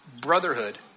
brotherhood